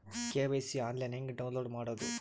KYC online ಹೆಂಗ್ download ಮಾಡೋದು?